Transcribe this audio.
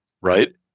Right